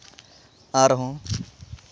ᱟᱨᱦᱚᱸ